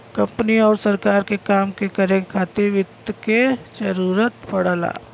company आउर सरकार के काम के करे खातिर वित्त क जरूरत पड़ला